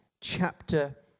chapter